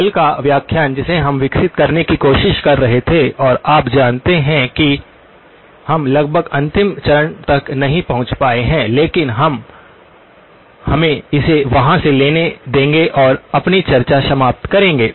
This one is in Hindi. अब कल का व्याख्यान जिसे हम विकसित करने की कोशिश कर रहे थे और आप जानते हैं कि हम लगभग अंतिम चरण तक नहीं पहुंच पाए हैं लेकिन हम हमें इसे वहां से लेने देंगे और अपनी चर्चा समाप्त करेंगे